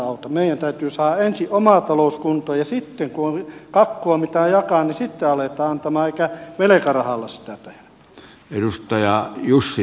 meidän täytyy saada ensin oma talous kuntoon ja sitten kun on kakkua mitä jakaa sitten aletaan antaa eikä velkarahalla sitä tehdä